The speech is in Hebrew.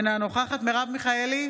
אינה נוכחת מרב מיכאלי,